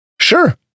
Sure